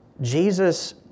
Jesus